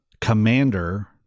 Commander